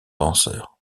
danseur